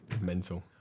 mental